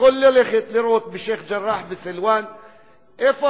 יכול ללכת לראות בשיח'-ג'ראח וסילואן איפה